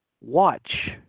Watch